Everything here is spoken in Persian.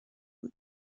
بود